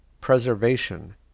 preservation